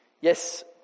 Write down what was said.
Yes